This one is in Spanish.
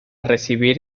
recibir